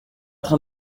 train